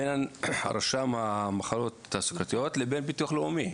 בין רשם המחלות התעסוקתיות לבין ביטוח לאומי.